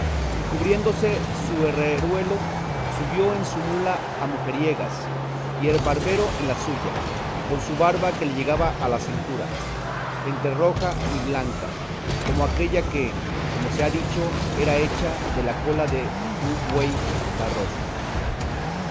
y cubriéndose su herreruelo subió en su mula a mujeriegas y el barbero en la suya con su barba que le llegaba a la cintura entre roja y blanca como aquella que como se ha dicho era hecha de la cola de un buey barroso